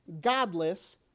godless